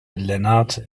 lennart